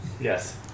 Yes